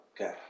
Okay